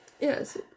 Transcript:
yes